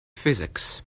physics